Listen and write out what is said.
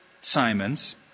Simon's